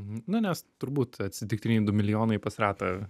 nu nes turbūt atsitiktiniai du milijonai pas retą